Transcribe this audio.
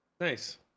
Nice